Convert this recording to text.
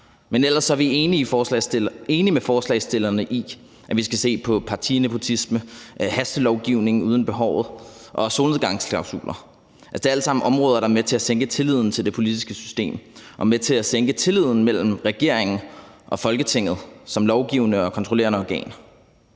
Men ellers er vi enige med forslagsstillerne i, at vi skal se på partinepotisme, hastelovgivning uden behov og solnedgangsklausuler. Det er alt sammen områder, der er med til at sænke tilliden til det politiske system og med til at sænke tilliden mellem regeringen og Folketinget som lovgivende og kontrollerende organ.